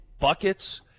buckets